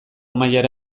mailara